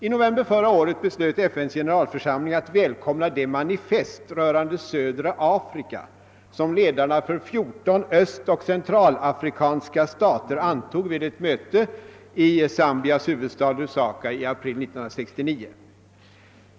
I november förra året beslöt FN:s generalförsamling att välkomna det manifest rörande södra Afrika som ledarna för 14 östoch centralafrikanska stater antog vid ett möte i Zambias huvudstad Lusaka i april 1969.